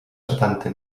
setanta